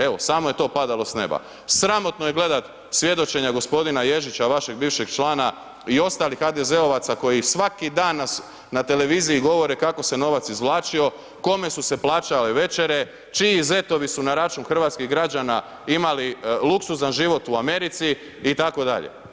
Evo, samo je to padalo s nema, sramotno je gledat svjedočenja g. Ježića, vašeg bivšeg člana i ostalih HDZ-ovaca koji svaki dan nas na televiziji govore kako se novac izvlačio, kome su se plaćale večere, čiji zetovi su na račun hrvatskih građana imali luksuzan život u Americi itd.